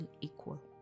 equal